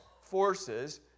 forces